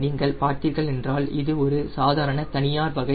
நீங்கள் பார்த்தீர்கள் என்றால் இது ஒரு சாதாரண தனியார் வகை